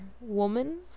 woman